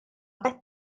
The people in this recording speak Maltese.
qed